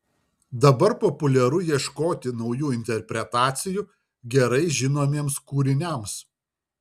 dabar populiaru ieškoti naujų interpretacijų gerai žinomiems kūriniams